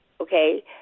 Okay